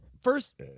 first